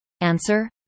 Answer